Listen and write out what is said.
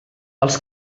els